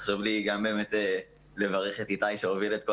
חשוב לי גם באמת לברך את איתי שהוביל את כל